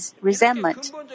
resentment